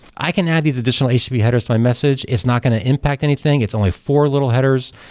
i can add these additional http headers to my message. it's not going to impact anything. it's only four little headers.